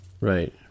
Right